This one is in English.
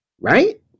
Right